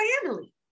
family